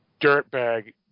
dirtbag